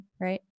right